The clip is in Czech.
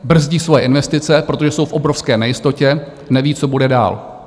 Firmy brzdí svoje investice, protože jsou v obrovské nejistotě, nevědí, co bude dál.